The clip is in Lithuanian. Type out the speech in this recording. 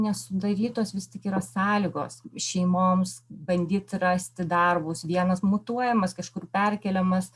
nesudarytos vis tik yra sąlygos šeimoms bandyt rasti darbus vienas mutuojamas kažkur perkeliamas